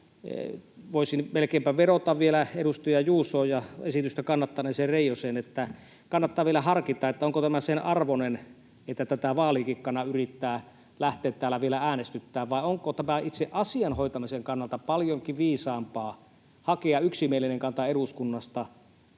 voisin nyt melkeinpä vielä vedota edustaja Juusoon ja esitystä kannattaneeseen Reijoseen, että kannattaa vielä harkita, onko tämä sen arvoinen, että tätä vaalikikkana yrittää lähteä täällä vielä äänestyttämään, vai onko tämän itse asian hoitamisen kannalta paljonkin viisaampaa hakea yksimielinen kanta eduskunnasta.